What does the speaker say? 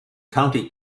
county